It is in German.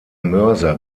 mörser